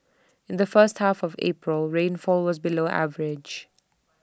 in the first half of April rainfall was below average